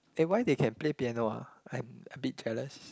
eh why they can play piano ah I'm a bit jealous